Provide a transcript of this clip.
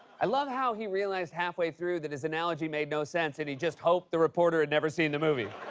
i love how he realized halfway through that his analogy made no sense and he just hoped the reporter had never seen the movie.